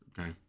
Okay